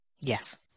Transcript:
Yes